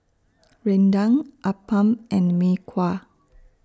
Rendang Appam and Mee Kuah